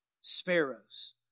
sparrows